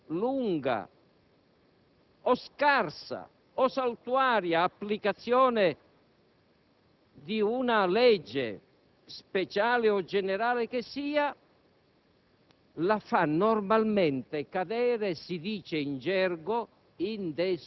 Non si può, attraverso una cosiddetta sospensione dell'efficacia, disporre l'abrogazione di fatto della legge. Si passi dalle